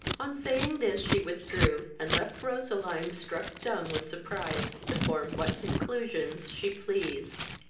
on saying this, she withdrew, and left roseline, struck dumb with surprise, to form what conclusions she pleased.